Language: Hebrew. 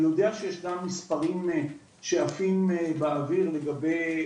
אני יודע שישנם מספרים שעפים באוויר לגבי